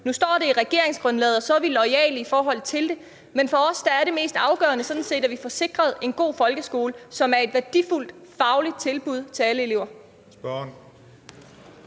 Nu står det i regeringsgrundlaget, og så er vi loyale i forhold til det. Men for os er det mest afgørende sådan set, at vi får sikret en god folkeskole som et faglig værdifuldt tilbud til alle elever.